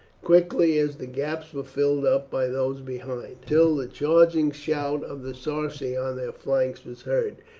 quickly as the gaps were filled up by those behind, until the charging shout of the sarci on their flank was heard.